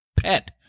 pet